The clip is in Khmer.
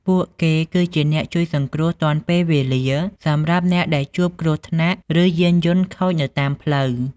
ពួកគេគឺជាអ្នកជួយសង្គ្រោះទាន់ពេលវេលាសម្រាប់អ្នកដែលជួបគ្រោះថ្នាក់ឬយានយន្តខូចនៅតាមផ្លូវ។